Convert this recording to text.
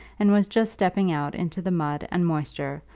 and was just stepping out into the mud and moisture,